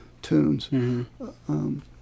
Tunes